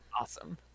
Awesome